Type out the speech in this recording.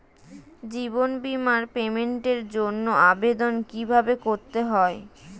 জীবন বীমার পেমেন্টের জন্য আবেদন কিভাবে করতে হয়?